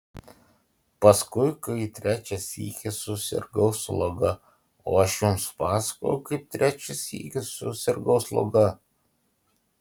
paskui kai trečią sykį susirgau sloga o aš jums pasakojau kaip trečią sykį susirgau sloga